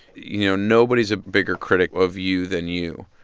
you know, nobody's a bigger critic of you than you.